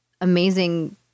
amazing